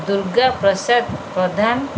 Durga Prasad Pradhan